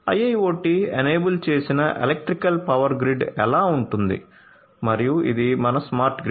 IIoT enable చేసిన electrical power grid ఎలా ఉంటుంది మరియు ఇది మన స్మార్ట్ గ్రిడ్